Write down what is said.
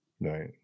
Right